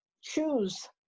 choose